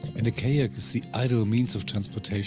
and a kayak is the ideal means of transportation